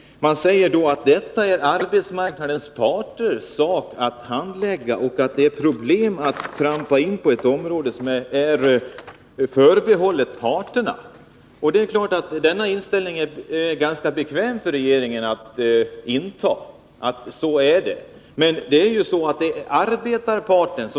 Herr talman! Jag uppfattar det så att regeringens mening är att om tjänstemän framöver går ut i konflikt, så skall LO-medlemmar icke kunna permitteras. Detta är ett glädjande framsteg, och vi får då hoppas att regeringen arbetar intensivt för det här och att kommittén lägger fram sina förslag. — Som det har varit nu kan det ju inte fortsätta. Rätten att permittera utan lön är en principfråga, som man säger att det är arbetsmarknadsparternas sak att handlägga; det är förenat med problem att trampa in på ett område som är förbehållet parterna. Det är klart att det är ganska bekvämt för regeringen att inta den inställningen.